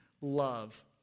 love